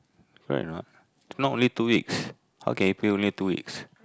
right or not not only two weeks how can you pay only two weeks